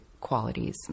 qualities